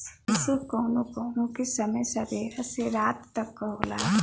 जइसे कउनो कउनो के समय सबेरा से रात तक क होला